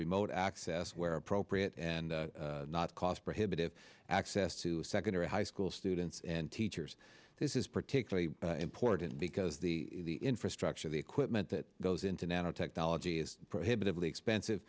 remote access where appropriate and not cost prohibitive access to secondary high school students and teachers this is particularly important because the infrastructure the equipment that goes into nanotechnology is prohibitively